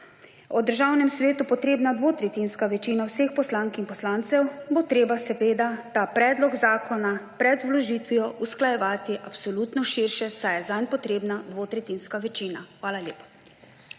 o državnem svetu potrebna dvotretjinska večina vseh poslank in poslancev, bo treba seveda ta predlog zakona pred vložitvijo usklajevati absolutno širše, saj je zanj potrebna dvotretjinska večina. Hvala lepa.